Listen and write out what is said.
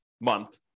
month